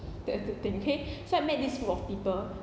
the two thing okay so I met this group of people